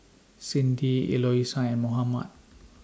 Cindi Eloisa and Mohammad